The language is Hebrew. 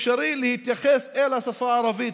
אפשרי להתייחס לשפה הערבית,